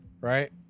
right